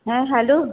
হ্যাঁ হ্যালো